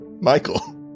Michael